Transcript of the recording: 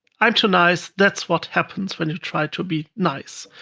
i'm too nice. that's what happens when you try to be nice.